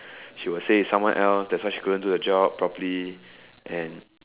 she was said someone else that's why so she could do the job properly and